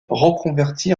reconverti